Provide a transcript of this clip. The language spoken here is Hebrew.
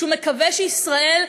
ושהוא מקווה שישראל,